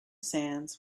sands